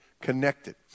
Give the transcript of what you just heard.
connected